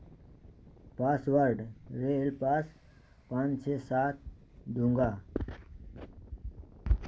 password A L पाँच पाँच छः सात दूँगा